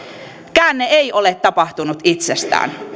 käänne ei ole tapahtunut itsestään